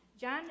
John